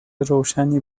روشنی